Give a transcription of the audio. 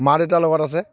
মা দেউতা লগত আছে